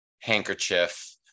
handkerchief